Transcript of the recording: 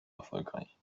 erfolgreich